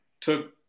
took